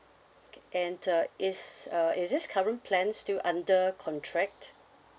okay and uh is uh is this current plan still under contract